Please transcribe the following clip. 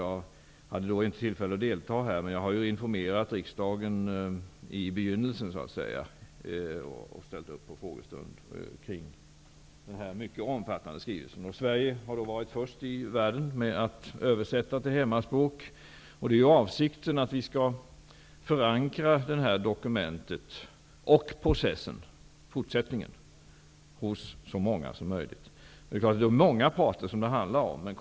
Jag hade då inte tillfälle att delta, men jag har så att säga informerat riksdagen i begynnelsen och deltagit i frågestunder kring denna mycket omfattande skrivelse. Sverige har varit först i världen med att översätta Riokonferensens rapport till hemspråk. Avsikten är att vi skall förankra dokumentet och fortsättningen hos så många många som möjligt. Det handlar om många parter.